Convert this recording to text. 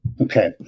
Okay